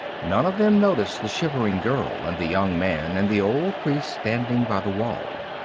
none of them noticed the shivering girl and the young man and the old priest standing by the wall.